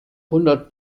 hundert